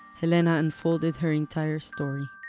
helena unfolded her entire story